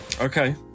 Okay